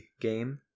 game